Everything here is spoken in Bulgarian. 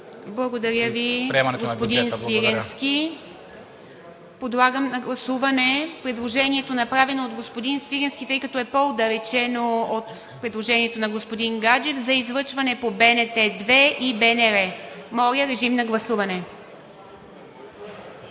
Благодаря Ви, господин Свиленски. Подлагам на гласуване предложението, направено от господин Свиленски, тъй като е по-отдалечено от предложението на господин Гаджев, за излъчване по БНТ 2 и БНР. Гласували